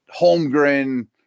holmgren